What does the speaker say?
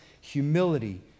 humility